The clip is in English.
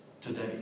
today